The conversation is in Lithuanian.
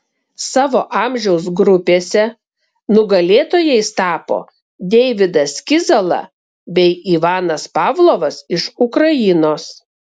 savo amžiaus grupėse nugalėtojais tapo deividas kizala bei ivanas pavlovas iš ukrainos